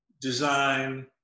design